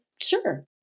sure